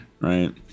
right